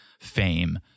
fame